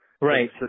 Right